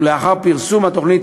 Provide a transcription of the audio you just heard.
ולאחר פרסום התוכנית,